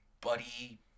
buddy